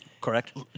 Correct